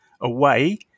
away